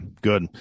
Good